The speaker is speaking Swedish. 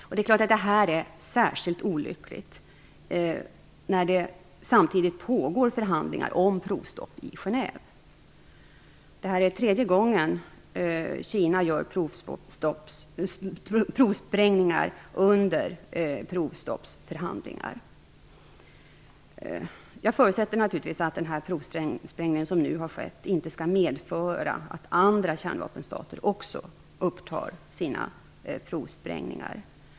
Det är klart att detta är särskilt olyckligt när det samtidigt pågår förhandlingar om provstopp i Genève. Det är tredje gången Kina gör provsprängningar under provstoppsförhandlingar. Jag förutsätter naturligtvis att den provsprängning som nu har skett inte skall medföra att också andra kärnvapenstater återupptar sina provsprängningar.